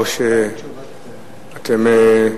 או שאתם,